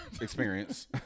experience